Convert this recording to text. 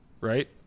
right